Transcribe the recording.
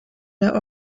der